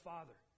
Father